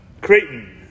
Creighton